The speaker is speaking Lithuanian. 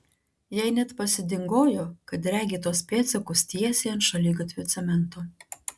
jai net pasidingojo kad regi tuos pėdsakus tiesiai ant šaligatvio cemento